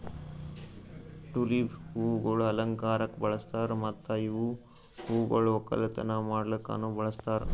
tulip ಹೂವುಗೊಳ್ ಅಲಂಕಾರಕ್ ಬಳಸ್ತಾರ್ ಮತ್ತ ಇವು ಹೂಗೊಳ್ ಒಕ್ಕಲತನ ಮಾಡ್ಲುಕನು ಬಳಸ್ತಾರ್